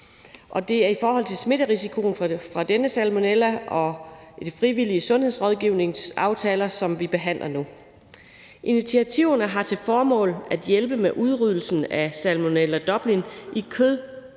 det er i forhold til smitterisikoen fra denne salmonella og de frivillige sundhedsrådgivningsaftaler, at vi behandler det nu. Initiativerne har til formål at hjælpe med udryddelsen af Salmonella Dublin i kvægerhvervet,